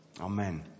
Amen